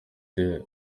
the